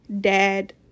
dad